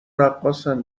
رقاصن